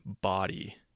body